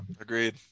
Agreed